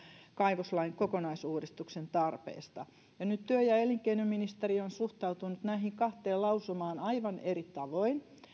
kaivoslain kokonaisuudistuksen tarpeesta nyt työ ja elinkeinoministeriö on suhtautunut näihin kahteen lausumaan aivan eri tavoin